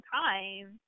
time